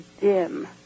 dim